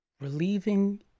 relieving